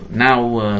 now